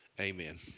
Amen